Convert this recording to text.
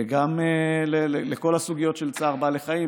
וגם כל הסוגיות של צער בעלי חיים.